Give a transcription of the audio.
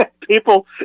People